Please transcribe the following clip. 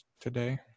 today